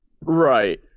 Right